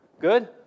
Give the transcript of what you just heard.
good